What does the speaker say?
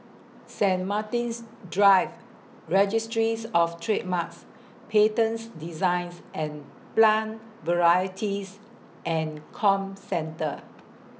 Saint Martin's Drive Registries of Trademarks Patents Designs and Plant Varieties and Comcentre